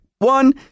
One